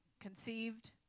conceived